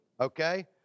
okay